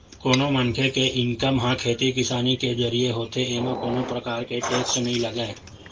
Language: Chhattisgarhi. कोनो मनखे के इनकम ह खेती किसानी के जरिए होथे एमा कोनो परकार के टेक्स नइ लगय